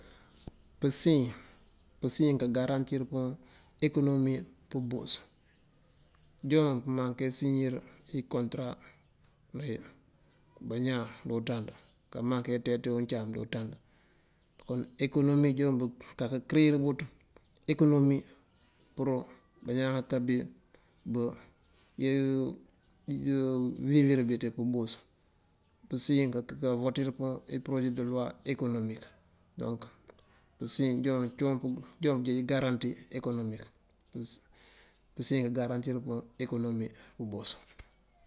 Pësiën, pësiën kagarantir pun eekonomi pëbos joonpëman kasiñir ikontëra bañáan di uţand, kaman kaţiaţi uncaam di uţand kon ekonomi joon bëkakan këreyir buţ ekonomi pur bañáan kakabi yee- yi biwinar bi ţipëbos pësiën kawoţir puŋ ipërose dëluwa ekonomik donk pësiën joon pëjej gáranti ekonomik pë-pësiën kagarantir puŋ ekonomi pëbos.